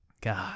God